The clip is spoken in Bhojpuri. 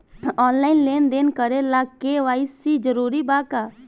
आनलाइन लेन देन करे ला के.वाइ.सी जरूरी बा का?